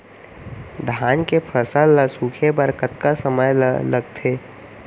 धान के फसल ल सूखे बर कतका समय ल लगथे?